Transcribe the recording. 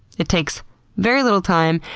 it takes very little time,